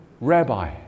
rabbi